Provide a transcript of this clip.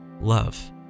love